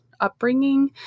upbringing